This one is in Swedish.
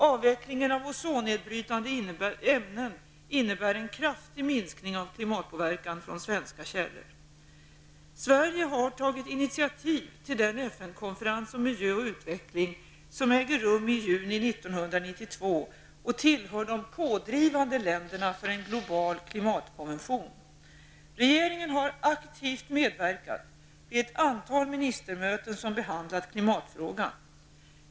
Avvecklingen av ozonnedbrytande ämnen innebär en kraftig minskning av klimatpåverkan från svenska källor. Sverige har tagit initiativ till den FN-konferens om miljö och utveckling som äger rum i juni 1992 och tillhör de pådrivande länderna för en global klimatkonvention. Regeringen har aktivt medverkat vid ett antal ministermöten som behandlat klimatfrågan.